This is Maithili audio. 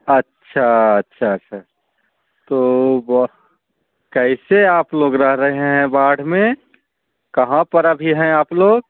अच्छा अच्छा अच्छा तो कैसे आपलोग रह रहे हैं बाढ़मे कहाँ पर अभी हैं आपलोग